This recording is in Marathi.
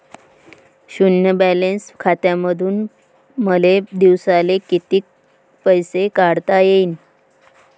शुन्य बॅलन्स खात्यामंधून मले दिवसाले कितीक पैसे काढता येईन?